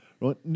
Right